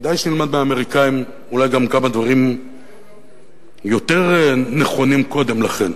כדאי שנלמד מהאמריקנים אולי גם כמה דברים יותר נכונים קודם לכן.